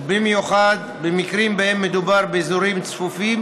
ובמיוחד במקרים שבהם מדובר באזורים צפופים